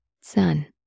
son